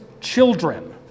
children